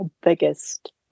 biggest